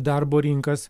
darbo rinkas